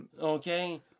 Okay